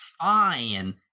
fine